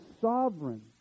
sovereign